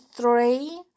three